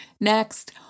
Next